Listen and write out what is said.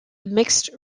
mixed